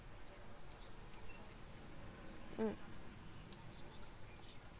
mm